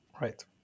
Right